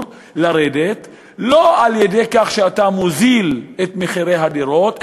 לרדת לא על-ידי כך שאתה מוזיל את הדירות,